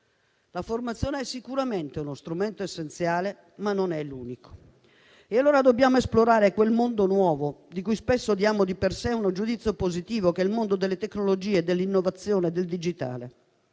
La formazione è sicuramente uno strumento essenziale, ma non è l'unico. Dobbiamo esplorare quel mondo nuovo, di cui spesso diamo di per sé un giudizio positivo: il mondo delle tecnologie, dell'innovazione, del digitale.